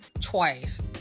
twice